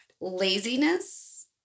Laziness